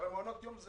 מעונות יום זה